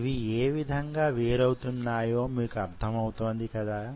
ఇవి యేవిధంగా వేరవుతున్నయో మీకు అర్థం అవుతోంది కదా